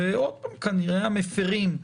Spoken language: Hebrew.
ועוד פעם כנראה ההגונים